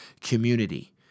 community